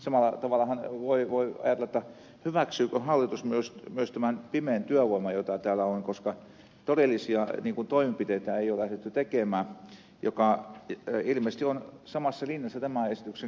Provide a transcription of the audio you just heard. samalla tavallahan voi ajatella hyväksyykö hallitus myös tämän pimeän työvoiman jota täällä on koska todellisia toimenpiteitä ei ole lähdetty tekemään mikä ilmeisesti on samassa linjassa tämän esityksen kanssa